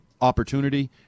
opportunity